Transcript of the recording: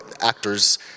actors